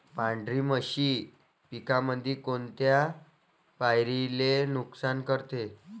पांढरी माशी पिकामंदी कोनत्या पायरीले नुकसान करते?